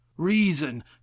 reason